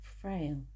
frail